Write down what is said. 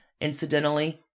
incidentally